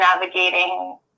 navigating